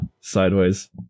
sideways